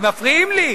הם מפריעים לי.